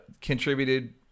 contributed